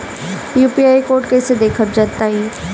UPI code कैसे देखब बताई?